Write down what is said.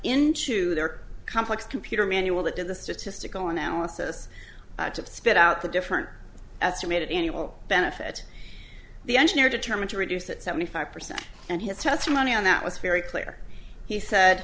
into their complex computer manual that did the statistical analysis to spit out the different estimated annual benefit the engineer determined to reduce that seventy five percent and his testimony on that was very clear he said